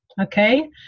Okay